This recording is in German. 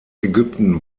ägypten